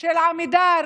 של עמידר